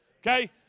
okay